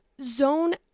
zone